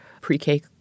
pre-K